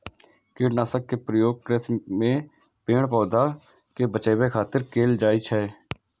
कीटनाशक के प्रयोग कृषि मे पेड़, पौधा कें बचाबै खातिर कैल जाइ छै